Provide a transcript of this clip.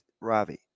Ravi